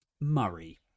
Murray